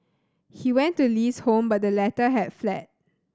he went to Li's home but the latter had fled